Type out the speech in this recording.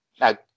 now